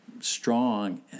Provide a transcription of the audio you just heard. strong